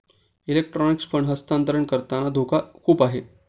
electronic fund हस्तांतरण करताना धोका खूप आहे